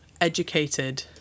educated